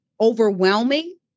overwhelming